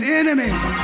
enemies